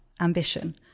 ambition